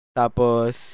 tapos